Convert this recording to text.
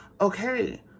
okay